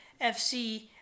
FC